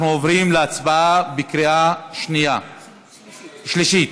אנחנו עוברים להצבעה בקריאה שלישית